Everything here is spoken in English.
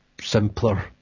simpler